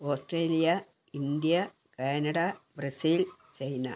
Australia India Canada Brazil China